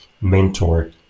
mentor